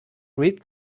read